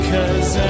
Cause